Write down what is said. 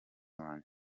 wanjye